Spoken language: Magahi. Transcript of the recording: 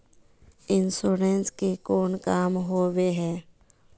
इंश्योरेंस के कोन काम होय है?